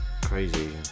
crazy